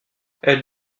elle